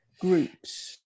groups